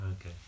Okay